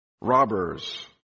robbers